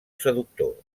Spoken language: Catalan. seductor